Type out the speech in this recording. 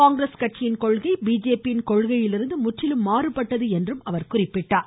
காங்கிரஸ் கட்சியின் கொள்கை பிஜேபியின் கொள்கையிலிருந்து முற்றிலும் மாறுபட்டது என்று அவர் குறிப்பிட்டார்